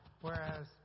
whereas